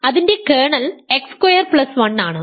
അതിന്റെ kernel x square plus 1 ആണ്